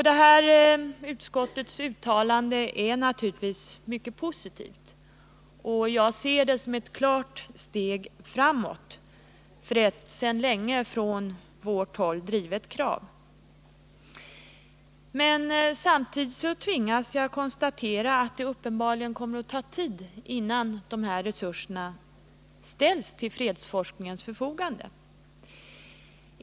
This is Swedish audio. Detta utskottets uttalande är naturligtvis mycket positivt, och jag ser det som ett klart steg framåt för ett sedan länge från vårt håll drivet krav. Samtidigt tvingas jag Nr 56 emellertid konstatera att det uppenbarligen kommer att ta tid innan dessa Tisdagen den resurser ställs till fredsforskningens förfogande.